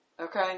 Okay